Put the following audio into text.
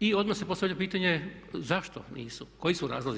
i odmah se postavlja pitanje zašto nisu, koji su razlozi.